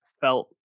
felt